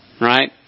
Right